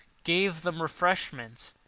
gave them refreshment,